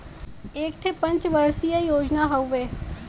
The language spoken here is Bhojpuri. एक ठे पंच वर्षीय योजना हउवे